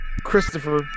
Christopher